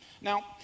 Now